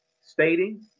stating